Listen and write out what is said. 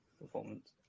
performance